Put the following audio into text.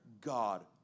God